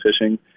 fishing